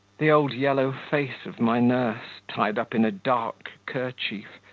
the old yellow face of my nurse, tied up in a dark kerchief,